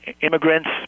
immigrants